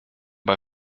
bei